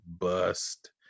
bust